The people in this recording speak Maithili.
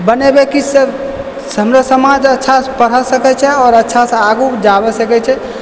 बनेबै कि सभ हमरा समाज अच्छासँ पढ़ा सकै छै आओर अच्छासँ आगू जाऽ सकै छै